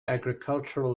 agricultural